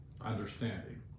understanding